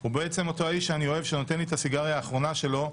הוא בעצם אותו האיש שאני אוהב שנותן לי את הסיגריה האחרונה שלו,